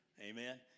Amen